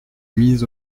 mis